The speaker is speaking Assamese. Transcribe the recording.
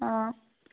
অঁ